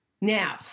Now